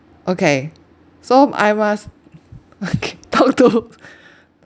okay so I must talk to